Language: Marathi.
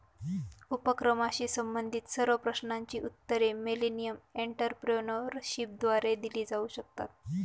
उपक्रमाशी संबंधित सर्व प्रश्नांची उत्तरे मिलेनियम एंटरप्रेन्योरशिपद्वारे दिली जाऊ शकतात